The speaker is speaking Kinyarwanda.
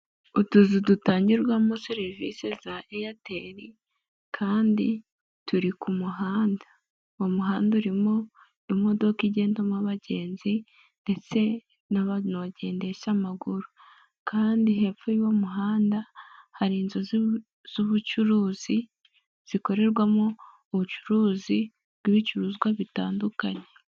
Utuzu dutangirwamo serivisi za Airtel kandi turi ku muhanda. Umuhanda urimo imodoka igendamo abagenzi, ndetse n'abantu bagendesha amaguru kandi hepfo y'uwi muhanda hari inzuzi z'ubucuruzi, zikorerwamo ubucuruzi bw'ibicuruzwa bitandukanye.